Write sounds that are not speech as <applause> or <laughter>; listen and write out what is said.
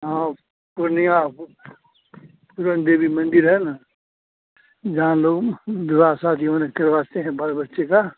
हाँ पूर्णिया पूरनदेवी मन्दिर है ना जहाँ लोग <unintelligible> जीवन करवाते हैं बाल बच्चे का